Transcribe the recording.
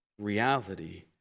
reality